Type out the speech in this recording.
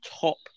top